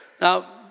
now